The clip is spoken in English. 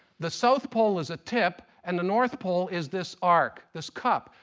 the south pole as a tip and the north pole is this arc, this cup.